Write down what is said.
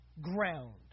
ground